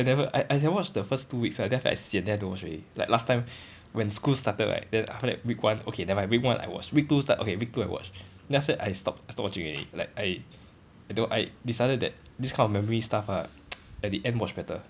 ya never I I never watch the first two weeks then I after that I sian then I don't watch already like last time when school started right then after that week one okay never mind week one I watch week two start okay week two I watch then after that I stopped I stopped watching already like I don't I decided that this kind of memory stuff ah at the end watch better